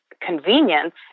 convenience